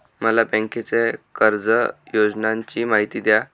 मला बँकेच्या कर्ज योजनांची माहिती द्या